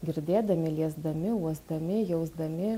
girdėdami liesdami uosdami jausdami